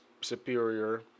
Superior